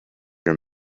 your